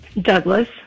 Douglas